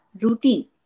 routine